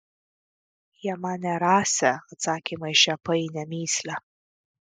jie manė rasią atsakymą į šią painią mįslę